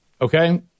Okay